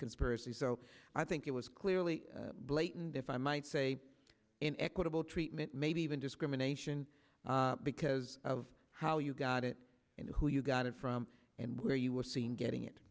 conspiracy so i think it was clearly a blatant if i might say an equitable treatment maybe even discrimination because of how you got it and who you got it from and where you were seen getting it